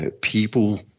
people